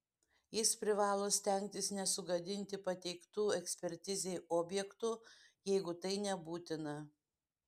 jis privalo stengtis nesugadinti pateiktų ekspertizei objektų jeigu tai nebūtina